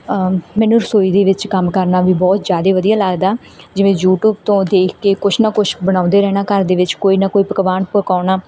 ਮੈਨੂੰ ਰਸੋਈ ਦੇ ਵਿੱਚ ਕੰਮ ਕਰਨਾ ਵੀ ਬਹੁਤ ਜ਼ਿਆਦਾ ਵਧੀਆ ਲੱਗਦਾ ਜਿਵੇਂ ਯੂਟੀਊਬ ਤੋਂ ਦੇਖ ਕੇ ਕੁਛ ਨਾ ਕੁਛ ਬਣਾਉਂਦੇ ਰਹਿਣਾ ਘਰ ਦੇ ਵਿੱਚ ਕੋਈ ਨਾ ਕੋਈ ਪਕਵਾਨ ਪਕਾਉਣਾ